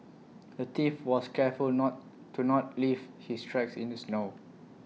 the thief was careful not to not leave his tracks in the snow